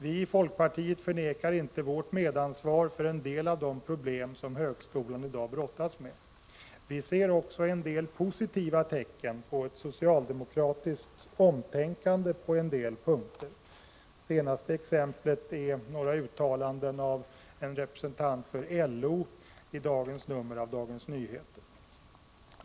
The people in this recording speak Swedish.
Vi i folkpartiet förnekar inte vårt medansvar för en del av de problem som högskolan i dag brottas med. Vi ser också en del positiva tecken på socialdemokratiskt omtänkande på några punkter. Det senaste exemplet är några uttalanden av en representant för LO i dagens nummer av Dagens Nyheter.